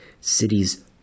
Cities